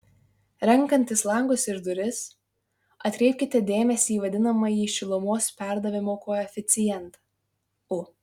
renkantis langus ir duris atkreipkite dėmesį į vadinamąjį šilumos perdavimo koeficientą u